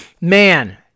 man